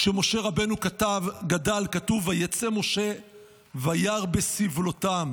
כשמשה רבנו גדל, כתוב: "ויצא --- וירא בסבלתם".